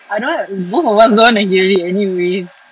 I don't want both of us don't want to hear it anyways